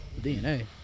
DNA